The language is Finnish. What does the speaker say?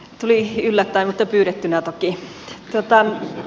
tuli yllättäen mutta pyydettynä toki